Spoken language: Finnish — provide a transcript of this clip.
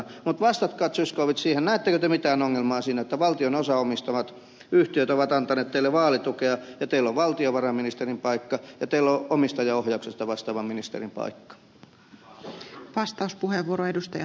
zyskowicz siihen näettekö te mitään ongelmaa siinä että valtion osaomistamat yhtiöt ovat antaneet teille vaalitukea ja teillä on valtiovarainministerin paikka ja teillä on omistajaohjauksesta vastaavan ministerin paikka